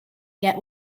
yet